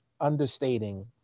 understating